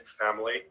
family